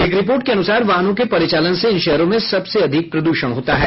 एक रिपोर्ट के अनुसार वाहनों के परिचालन से इन शहरों में सबसे अधिक प्रद्षण होता है